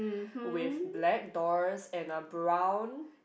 with black doors and a brown